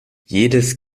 jedes